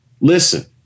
listen